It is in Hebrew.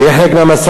שיהיה חלק מהמשא-ומתן.